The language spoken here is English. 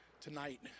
tonight